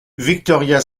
victoria